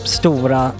stora